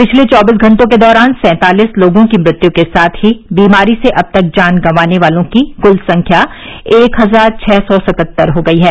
पिछले चौबीस घंटों के दौरान सैंतालीस लोगों की मृत्यु के साथ ही बीमारी से अब तक जान गंवाने वालों की कुल संख्या एक हजार छः सौ सतहत्तर हो गयी है